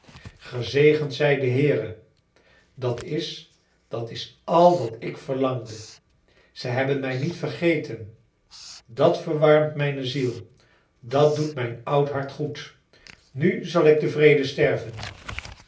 gezegend zij de heere dat is dat is al wat ik verlangde zij hebben mij niet vergeten dat verwarmt mijne ziel dat doet mijn oud hart goed nu zal ik tevreden sterven